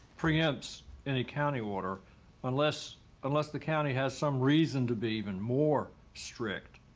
prevents any county water unless unless the county has some reason to be even more strict